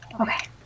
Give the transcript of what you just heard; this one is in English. okay